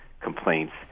complaints